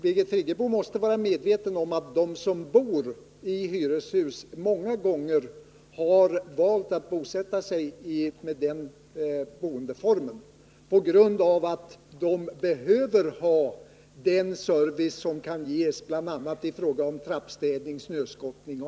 Birgit Friggebo måste ju vara medveten om att de som bor i hyreshus många gånger har valt den boendeformen på grund av att de är i behov av den service som där kan ges, bl.a. när det gäller trappstädning och snöskottning.